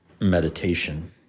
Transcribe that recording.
meditation